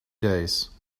days